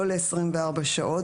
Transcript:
לא ל-24 שעות,